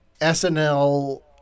SNL